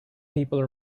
people